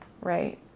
right